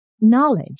Knowledge